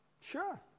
Sure